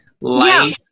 light